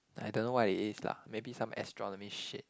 I don't know what it is lah maybe some astronomy shit